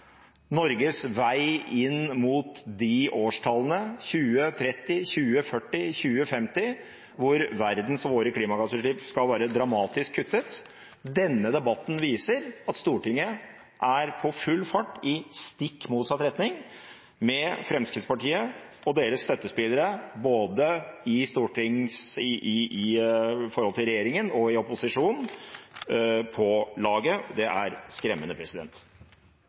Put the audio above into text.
Norges vei inn mot de årstallene, 2030, 2040 og 2050, hvor verdens og våre klimagassutslipp skal være dramatisk kuttet. Denne debatten viser at Stortinget er på full fart i stikk motsatt retning, med Fremskrittspartiet og deres støttespillere – både i regjering og i opposisjon – med på laget. Det er skremmende.